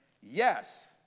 Yes